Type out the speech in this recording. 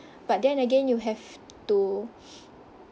but then again you have to